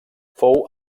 fou